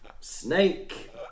Snake